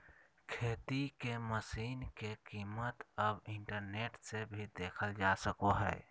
खेती के मशीन के कीमत अब इंटरनेट से भी देखल जा सको हय